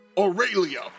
Aurelia